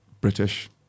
British